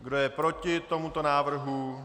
Kdo je proti tomuto návrhu?